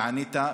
וענית,